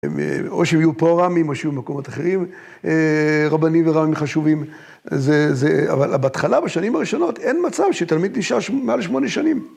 או שיהיו פה רמים, או שיהיו במקומות אחרים, רבנים ורמים חשובים. אבל בהתחלה, בשנים הראשונות, אין מצב שתלמיד נשאר מעל 8 שנים.